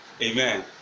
Amen